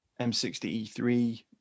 M60E3